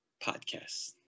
Podcast